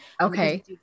Okay